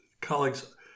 colleagues